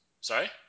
Sorry